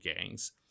gangs